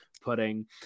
putting